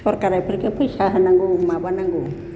सोरखारा बेफोरखौ फैसा होनांगौ माबानांगौ